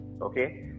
Okay